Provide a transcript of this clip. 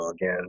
again